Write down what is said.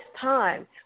time